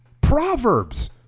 proverbs